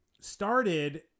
started